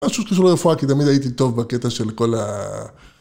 משהו שקשור לרפואה כי תמיד הייתי טוב בקטע של כל ה…